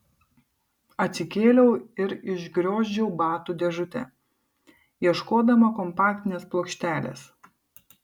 atsikėliau ir išgriozdžiau batų dėžutę ieškodama kompaktinės plokštelės